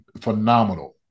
phenomenal